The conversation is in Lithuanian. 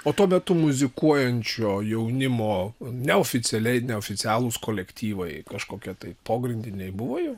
o tuo metu muzikuojančio jaunimo neoficialiai neoficialūs kolektyvai kažkokie tai pogrindiniai buvo jau